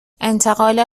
انتقال